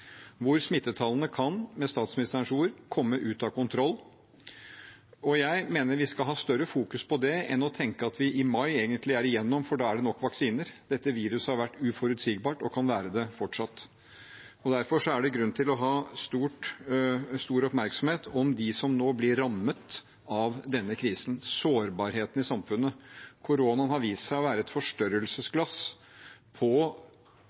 hvor smittetallene kan – med statsministerens ord – komme ut av kontroll. Jeg mener vi skal fokusere mer på det enn å tenke at vi i mai egentlig er igjennom, for da er det nok vaksiner. Dette viruset har vært uforutsigbart og kan være det fortsatt. Derfor er det grunn til å ha stor oppmerksomhet om dem som nå blir rammet av denne krisen, om sårbarheten i samfunnet. Koronaen har vist seg å være et forstørrelsesglass på